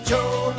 Joe